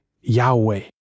Yahweh